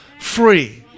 free